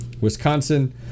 Wisconsin